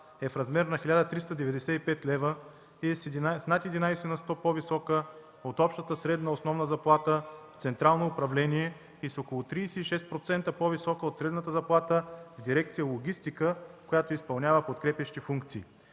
е в размер на 1395 лв. и е с над 11 на сто по-висока от общата средна основна заплата в Централно управление и с около 36% по-висока от средната заплата в дирекция „Логистика”, която изпълнява подкрепящи функции.